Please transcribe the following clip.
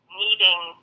needing